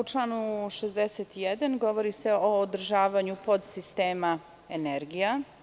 U članu 61. govori se o održavanju podsistema energija.